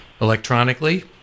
electronically